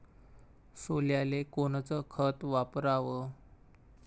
सोल्याले कोनचं खत वापराव?